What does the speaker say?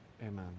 Amen